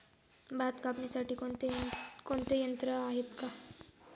भात कापणीसाठी कोणते यंत्र आहेत का?